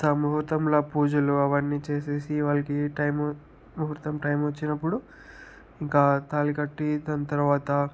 ఆ ముహూర్తంలో పూజలు అవన్నీ చేసేసి వాళ్ళకి టైం ముహూర్తం టైం వచ్చినప్పుడు ఇంకా తాళికట్టి దాని తర్వాత